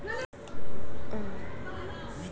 शहरी कृषि पर ज्यादा ध्यान देवे के चाही